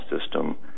system